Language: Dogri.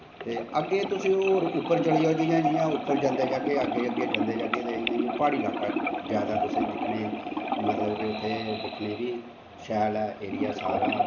ते अग्गैं तुस उप्पर चली जाओ जियां जियां उप्पर चली जाओ अग्गैं अग्गैं जंदे जागे ते प्हाड़ी ल्हाका तुसें जादा दिक्खनें गी मतलव कि उत्थोें दिक्खनें गी शैल ऐ एरिया